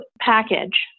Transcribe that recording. package